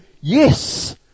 Yes